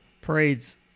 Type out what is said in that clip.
parades